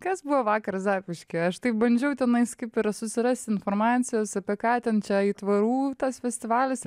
kas buvo vakar zapyškyje aš taip bandžiau tenais kaip ir susirast informacijos apie ką ten čia aitvarų tas festivalis